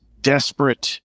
desperate